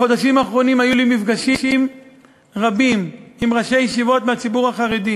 בחודשים האחרונים היו לי מפגשים רבים עם ראשי הישיבות מהציבור החרדי,